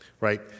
right